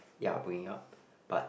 ya bringing up but